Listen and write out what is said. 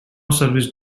service